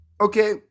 okay